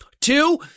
two